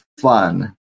fun